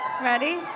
Ready